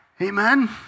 Amen